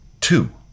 Two